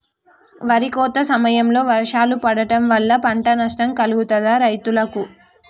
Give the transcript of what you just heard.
వరి కోత సమయంలో వర్షాలు పడటం వల్ల పంట నష్టం కలుగుతదా రైతులకు?